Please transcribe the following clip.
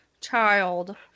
child